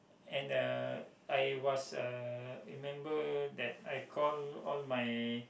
and the I was uh remember that I call all my